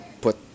put